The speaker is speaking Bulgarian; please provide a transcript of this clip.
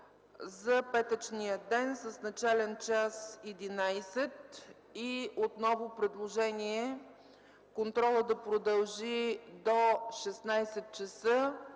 за петъчния ден, с начален час 11.00, и отново предложение контролът да продължи до 16.00